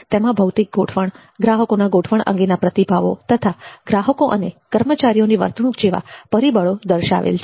તેમાં ભૌતિક ગોઠવણ ગ્રાહકોના ગોઠવણ અંગેના પ્રતિભાવો તથા ગ્રાહકો અને કર્મચારીઓની વર્તણૂક જેવા પરિબળો દર્શાવેલા છે